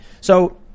So-